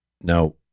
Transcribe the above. Now